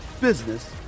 business